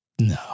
no